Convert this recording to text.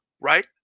right